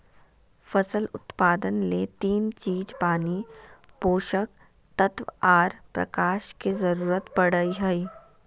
फसल उत्पादन ले तीन चीज पानी, पोषक तत्व आर प्रकाश के जरूरत पड़ई हई